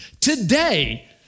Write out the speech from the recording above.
Today